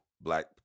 black